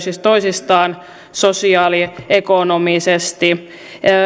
toisistaan sosioekonomisesti